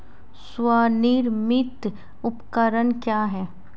स्वनिर्मित उपकरण क्या है?